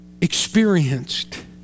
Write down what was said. experienced